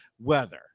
weather